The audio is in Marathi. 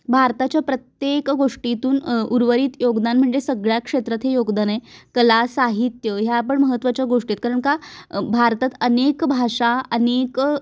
भारताच्या प्रत्येक गोष्टीतून उर्वरित योगदान म्हणजे सगळ्या क्षेत्रात हे योगदान आहे कला साहित्य ह्या पण महत्त्वाच्या गोष्टीत कारण का भारतात अनेक भाषा अनेक